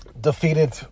defeated